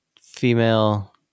female